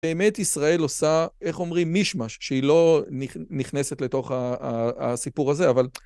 באמת ישראל עושה, איך אומרים, מישמש, שהיא לא נכנסת לתוך הסיפור הזה, אבל...